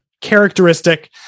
characteristic